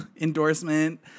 endorsement